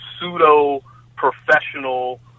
pseudo-professional